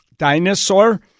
dinosaur